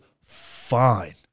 fine